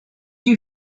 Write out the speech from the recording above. you